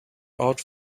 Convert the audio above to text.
out